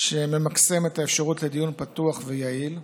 שממקסם את האפשרות לדיון פתוח ויעיל.